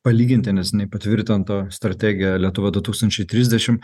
palyginti neseniai patvirtinta strategija lietuva du tūkstančiai trisdešimt